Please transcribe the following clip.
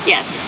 Yes